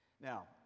Now